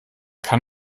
kann